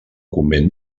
convent